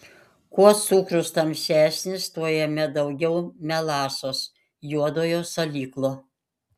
kuo cukrus tamsesnis tuo jame daugiau melasos juodojo salyklo